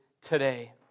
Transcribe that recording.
today